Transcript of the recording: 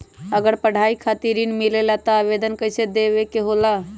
अगर पढ़ाई खातीर ऋण मिले ला त आवेदन कईसे देवे के होला?